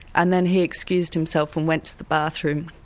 and then he excused himself and went to the bathroom